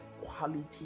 quality